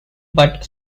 but